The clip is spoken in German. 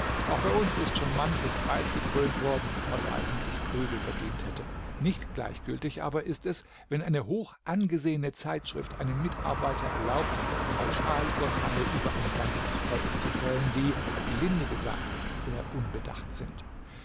auch bei uns ist schon manches preisgekrönt worden was eigentlich prügel verdient hätte nicht gleichgültig aber ist es wenn eine hochangesehene zeitschrift einem mitarbeiter erlaubt pauschalurteile über ein ganzes volk zu fällen die gelinde gesagt sehr unbedacht sind